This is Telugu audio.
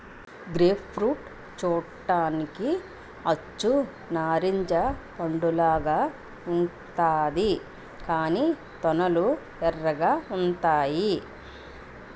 గ్రేప్ ఫ్రూట్ చూడ్డానికి అచ్చు నారింజ పండులాగా ఉంతాది కాని తొనలు ఎర్రగా ఉంతాయి